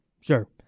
Sure